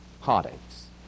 Heartaches